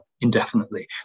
indefinitely